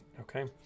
Okay